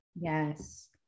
Yes